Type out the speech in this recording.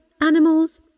animals